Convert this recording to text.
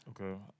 Okay